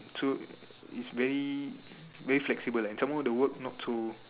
so is very very flexible and some more the work not so